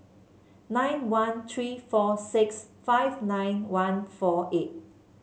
nine one three four six five nine one four eight